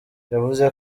yavuze